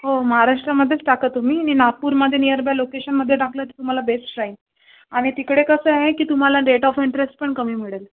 हो महाराष्ट्रामध्येच टाका तुम्ही मी नागपूरमध्ये निअरबाय लोकेशनमध्ये टाकलं तर तुम्हाला बेस्ट राहील आणि तिकडे कसं आहे की तुम्हाला रेट ऑफ इंटरेस्ट पण कमी मिळेल